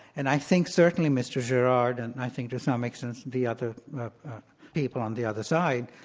and i think certainly, mr. gerard, and i think to some extent, the other people on the other side,